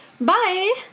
Bye